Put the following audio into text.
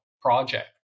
project